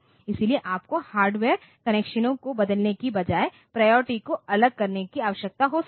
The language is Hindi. इसलिए आपको हार्डवेयर कनेक्शनों को बदलने के बजाय प्रायोरिटी को अलग करने की आवश्यकता हो सकती है